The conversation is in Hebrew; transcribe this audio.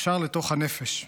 ישר לתוך הנפש.